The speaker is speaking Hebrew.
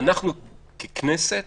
ככנסת